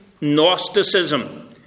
Gnosticism